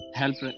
help